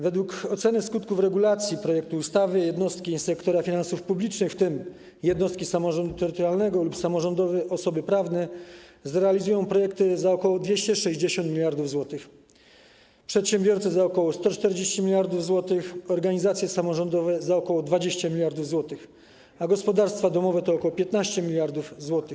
Według oceny skutków regulacji projektu ustawy jednostki sektora finansów publicznych, w tym jednostki samorządu terytorialnego lub samorządowe osoby prawne, zrealizują projekty za ok. 260 mld zł, przedsiębiorcy - za ok. 140 mld zł, organizacje samorządowe - za ok. 20 mld zł, a gospodarstwa domowe to ok. 15 mld zł.